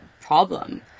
problem